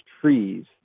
trees